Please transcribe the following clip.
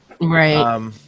Right